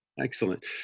Excellent